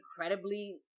incredibly